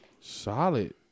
solid